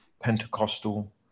Pentecostal